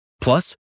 plus